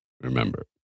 remember